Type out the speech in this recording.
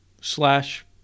slash